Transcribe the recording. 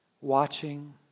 watching